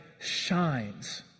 shines